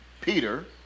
Peter